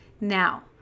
Now